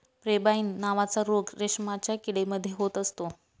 pebrine नावाचा रोग रेशमाच्या किडे मध्ये होत असतो